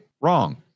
Wrong